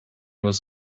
was